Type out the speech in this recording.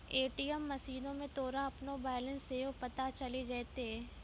ATM मशीनो मे तोरा अपनो बैलेंस सेहो पता चलि जैतै